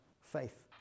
faith